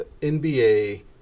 NBA